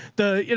the,